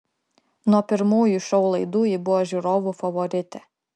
nuo pirmųjų šou laidų ji buvo žiūrovų favoritė